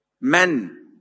men